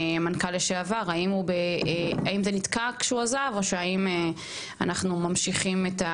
המנכ"ל לשעבר האם זה נתקע כשהוא עזב או שהאם אנחנו ממשיכים את,